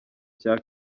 cya